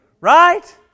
Right